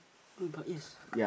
blue god yes